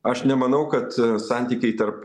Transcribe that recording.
aš nemanau kad santykiai tarp